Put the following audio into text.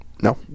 No